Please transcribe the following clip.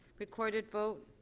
recorded vote?